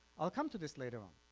i'll come to this later on.